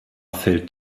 fällt